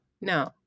No